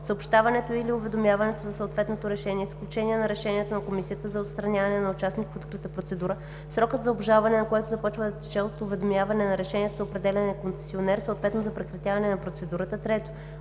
съобщаването или уведомяването за съответното решение с изключение на решението на комисията за отстраняване на участник в открита процедура, срокът за обжалване на което започва да тече от уведомяването за решението за определяне на концесионер, съответно за прекратяване на процедурата; 3.